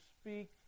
speak